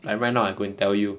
I ran out I go and tell you